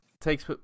takes